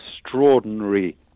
extraordinary